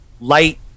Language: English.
light